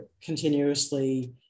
continuously